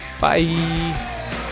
Bye